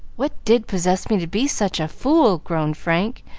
what did possess me to be such a fool? groaned frank,